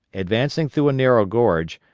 advancing through a narrow gorge,